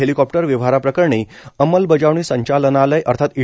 helicopter व्यवहाराप्रकरणी अंमलबजावणी संचालनालय अर्थात ई